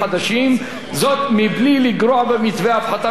בלי לגרוע ממתווה ההפחתה בשיעור של 5%,